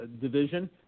division